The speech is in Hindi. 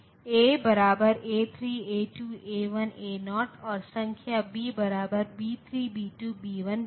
A A3 A2 A1 A0 और संख्या B B3 B2 B1 B0